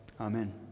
Amen